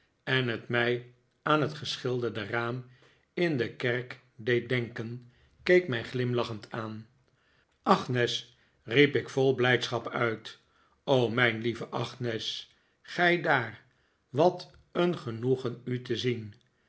en het mij aan het geschilderde raam in de kerk deed denken keek mij glimlachend aan agnes riep ik vol blijdschap uit r o mijn lieve agnes gij daar wat een genoegen u te zien